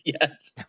Yes